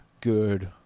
good